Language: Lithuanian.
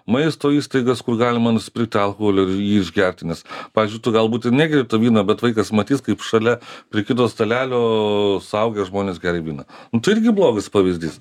maisto įstaigas kur galima nusipirkti alkoholio ir jį išgerti nes pavyzdžiui tu galbūt ir negeri to vyno bet vaikas matys kaip šalia prie kito stalelio suaugę žmonės geria vyną nu tai irgi blogas pavyzdys